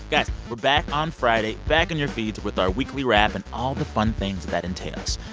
guys, we're back on friday, back in your feeds with our weekly wrap and all the fun things that entails.